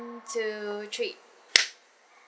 two three